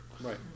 right